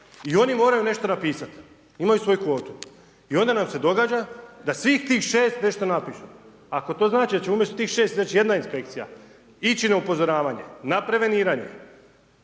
i oni moraju nešto napisati, imaju svoju kvotu. I onda nam se događa da svih tih 6 nešto napiše. Ako to znači da će umjesto tih 6 izaći 1 inspekcija ići na upozoravanja, ne prevenirane